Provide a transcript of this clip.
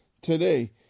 today